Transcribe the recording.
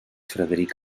frederic